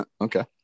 Okay